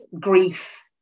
grief